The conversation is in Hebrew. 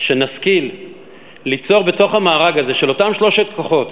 שנשכיל ליצור בתוך המארג הזה של אותם שלושת כוחות,